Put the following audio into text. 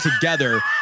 together